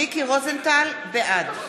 רוזנטל, בעד